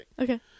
Okay